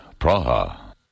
Praha